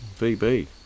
VB